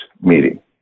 meeting